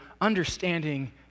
understanding